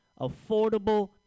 affordable